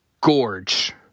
gorge